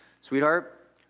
sweetheart